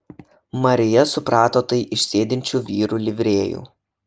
marija suprato tai iš sėdinčių vyrų livrėjų